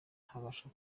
ntabasha